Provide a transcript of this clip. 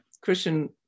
Christian